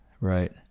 Right